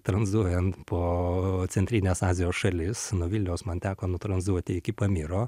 tranzuojant po centrinės azijos šalis nuo vilniaus man teko nutrozuoti iki pamiro